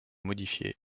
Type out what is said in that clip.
modifié